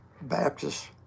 Baptist